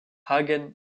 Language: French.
hagen